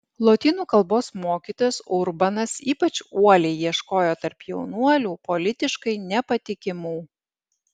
lotynų kalbos mokytojas urbanas ypač uoliai ieškojo tarp jaunuolių politiškai nepatikimų